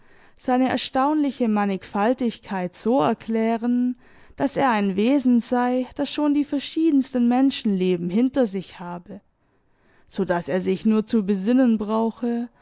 seine erstaunliche mannigfaltigkeit so erklären daß er ein wesen sei das schon die verschiedensten menschenleben hinter sich habe so daß er sich nur zu besinnen brauche